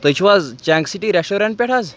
تُہۍ چھُو حظ جنٛک سِٹی رٮ۪سٹورٮ۪نٛٹ پٮ۪ٹھ حظ